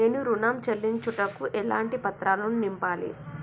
నేను ఋణం చెల్లించుటకు ఎలాంటి పత్రాలను నింపాలి?